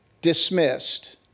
dismissed